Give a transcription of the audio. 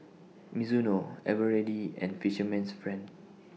Mizuno Eveready and Fisherman's Friend